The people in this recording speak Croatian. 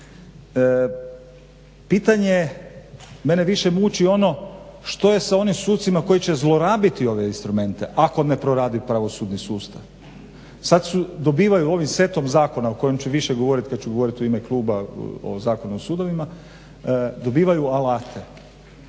Pitanje je mene više muči ono što je sa onim sucima koji će zlorabiti ove instrumente ako ne proradi pravosudni sustav. Sad dobivaju ovi setom zakona o kojem ću više govoriti kad ću govoriti u ime Kluba o zakon o sudovima. Dobivaju alate